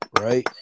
Right